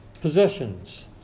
possessions